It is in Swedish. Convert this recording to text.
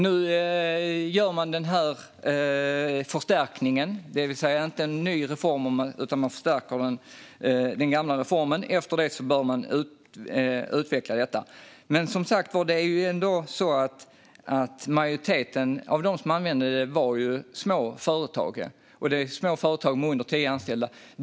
Nu gör man denna förstärkning. Det är alltså inte en ny reform, utan man förstärker den gamla. Därefter bör man utvärdera detta. Majoriteten av dem som använde detta var ändå små företag med under tio anställda.